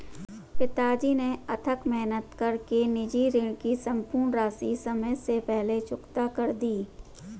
पिताजी ने अथक मेहनत कर के निजी ऋण की सम्पूर्ण राशि समय से पहले चुकता कर दी